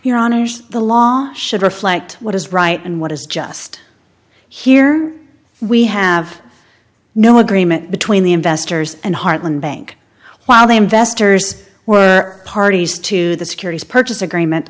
on the law should reflect what is right and what is just here we have no agreement between the investors and hartland bank while the investors were parties to the securities purchase agreement